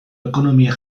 ekonomia